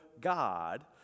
God